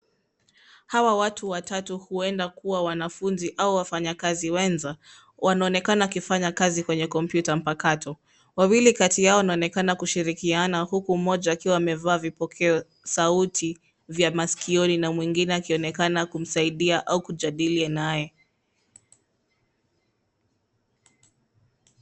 Hawa watu watatu huenda kuwa wanafunzi au wafanayakazi weza wanaonekana wakifanya kazi kwenye komputa mpakato . Wawili kati yao wanaonekana kushirikiana huku mmoja akiwa amevaa vipokeo sauti masikioni na mwingine akionekana kumsaidia au kujadili naye.